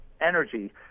energy